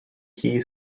kee